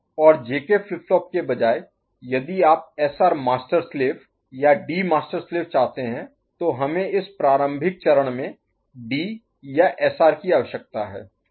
और JK flip flop के बजाय यदि आप एसआर मास्टर स्लेव या डी मास्टर स्लेव चाहते हैं तो हमें इस प्रारंभिक चरण में डी या एसआर की आवश्यकता है